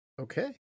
Okay